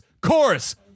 chorus